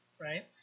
right